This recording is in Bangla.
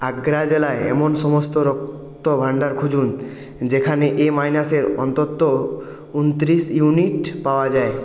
আগ্রা জেলায় এমন সমস্ত রক্তভাণ্ডার খুঁজুন যেখানে এ মাইনাসের অন্তত উনত্রিশ ইউনিট পাওয়া যায়